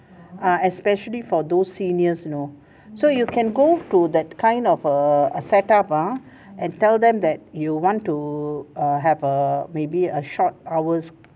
ah especially for those seniors know so you can go to that kind of err set up ah and tell them that you want to err have a maybe a short hours